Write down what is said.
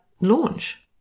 launch